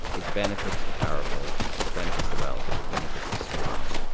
it benefits the powerful. it benefits the wealthy. it benefits the strong.